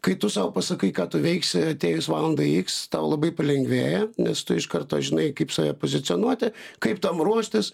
kai tu sau pasakai ką tu veiksi atėjus valandai iks tau labai palengvėja nes tu iš karto žinai kaip save pozicionuoti kaip tam ruoštis